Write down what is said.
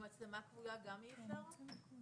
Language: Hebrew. עם מצלמה כבויה גם אי אפשר?